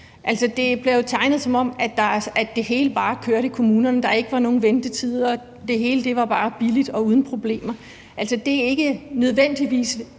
Det bliver jo fremstillet, som om det hele bare kørte i kommunerne, der ikke var nogen ventetider og det hele bare var billigt og uden problemer. Det er ikke nødvendigvis